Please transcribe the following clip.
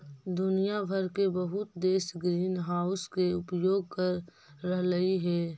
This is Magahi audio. दुनिया भर के बहुत देश ग्रीनहाउस के उपयोग कर रहलई हे